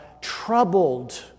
Troubled